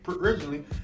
originally